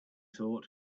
thought